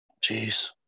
Jeez